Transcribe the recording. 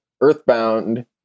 Earthbound